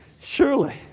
surely